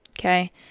okay